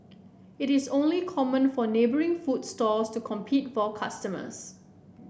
it is only common for neighbouring food stalls to compete for customers